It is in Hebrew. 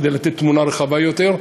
כדי לתת תמונה רחבה יותר.